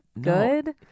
good